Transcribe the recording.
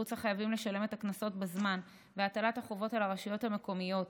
תמרוץ החייבים לשלם את הקנסות בזמן והטלת החובות על הרשויות המקומיות,